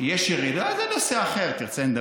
יש ירידה, זה נושא אחר.